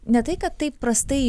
ne tai kad taip prastai